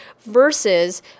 versus